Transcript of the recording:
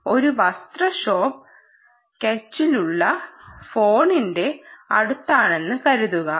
ഒരു വസ്ത്ര ഷോപ്പ് കൈച്യ്യിലുളള ഫോണിന്റെ അടുത്താണെന്ന് കരുതുക